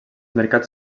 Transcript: mercats